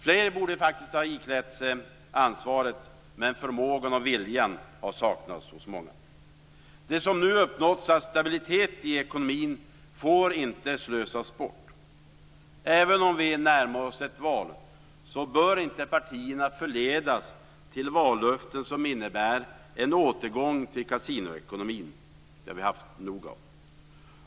Fler borde ha iklätt sig ansvaret, men förmågan och viljan har saknats hos många. Det som nu uppnåtts av stabilitet i ekonomin får inte slösas bort. Även om vi närmar oss ett val bör inte partierna förledas till vallöften som innebär en återgång till kasinoekonomin. Det har vi haft nog av.